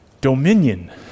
dominion